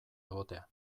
egotea